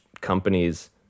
companies